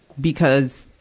because,